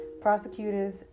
Prosecutors